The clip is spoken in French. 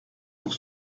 pour